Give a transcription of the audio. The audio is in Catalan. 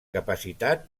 capacitat